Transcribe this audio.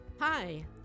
Hi